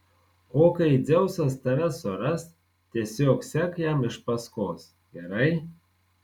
o kai dzeusas tave suras tiesiog sek jam iš paskos gerai